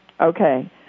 Okay